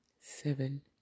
Seven